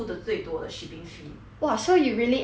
!wah! so you really end up paying that amount ah